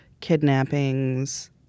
kidnappings